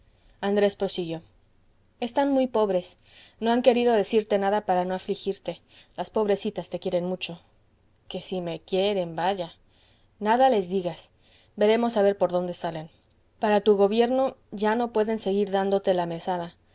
andrés prosiguió están muy pobres no han querido decirte nada para no afligirte las pobrecitas te quieren mucho que si me quieren vaya nada les digas veremos a ver por dónde salen para tu gobierno ya no pueden seguir dándote la mesada